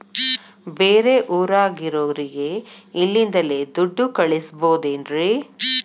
ಬೇರೆ ಊರಾಗಿರೋರಿಗೆ ಇಲ್ಲಿಂದಲೇ ದುಡ್ಡು ಕಳಿಸ್ಬೋದೇನ್ರಿ?